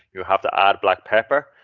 you have to add black pepper,